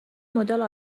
مدل